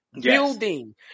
building